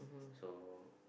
so